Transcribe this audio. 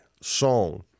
song